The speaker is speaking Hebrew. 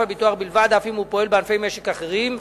הביטוח בלבד אף אם הוא פועל בענפי משק אחרים,